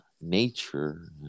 nature